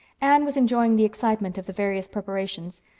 anne was enjoying the excitement of the various preparations,